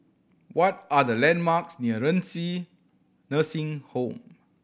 what are the landmarks near Renci Nursing Home